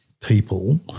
people